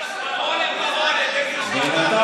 תגיד לו: paroles et paroles,